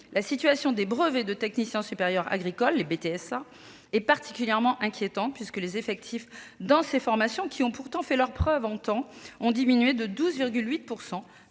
La situation des brevets de technicien supérieur agricole (BTSA) est particulièrement inquiétante, puisque les effectifs dans ces formations, qui ont pourtant fait leurs preuves, ont diminué de 12,8